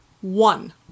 one